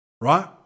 Right